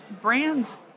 brands